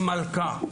מלכה.